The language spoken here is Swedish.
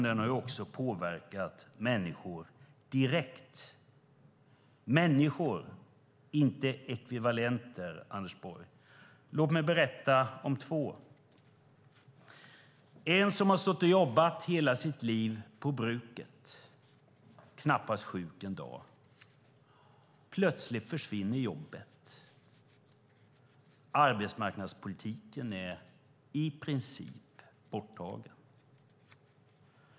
Den har också påverkat människor direkt - människor, inte ekvivalenter, Anders Borg. Låt mig berätta om två av dem. Den ene har jobbat hela sitt liv på bruket och knappast varit sjuk en dag. Plötsligt försvinner jobbet. Arbetsmarknadspolitiken är i princip borttagen.